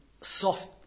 soft